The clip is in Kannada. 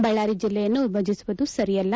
ಬಳ್ಳಾರಿ ಜಿಲ್ಲೆಯನ್ನು ವಿಭಜಸುವುದು ಸರಿಯಲ್ಲ